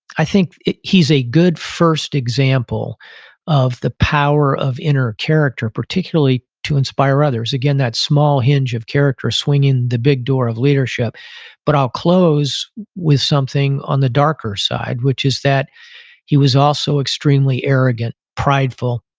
i think he's a good first example of the power of inner character, particularly to inspire others. again, that small hinge of character swinging the big door of leadership but i'll close with something on the darker side, which is that he was also extremely arrogant, prideful.